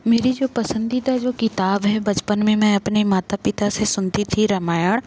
मेरी जो पसंदीदा जो किताब है बचपन में मैं अपने माता पिता से सुनती थी रामायण